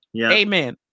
Amen